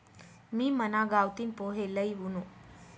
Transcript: मी मना गावतीन पोहे लई वुनू